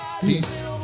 Peace